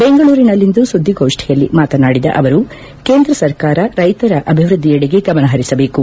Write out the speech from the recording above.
ಬೆಂಗಳೂರಿನಲ್ಲಿಂದು ಸುದ್ದಿಗೋಷ್ಠಿಯಲ್ಲಿ ಮಾತನಾಡಿದ ಅವರು ಕೇಂದ್ರ ಸರ್ಕಾರ ರೈತರ ಅಭಿವೃದ್ದಿಯೆಡೆಗೆ ಗಮನ ಹರಿಸಬೇಕು